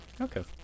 Okay